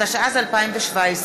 התשע"ז 2017,